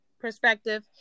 perspective